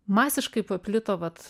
masiškai paplito vat